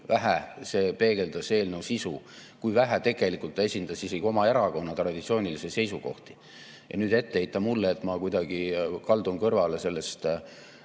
vähe see peegeldas eelnõu sisu, kui vähe ta tegelikult esindas isegi oma erakonna traditsioonilisi seisukohti. Ja nüüd ette heita mulle, et ma kuidagi kaldun kõrvale sellest,